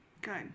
Good